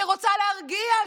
שרוצה להרגיע,